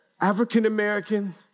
African-American